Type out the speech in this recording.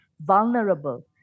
vulnerable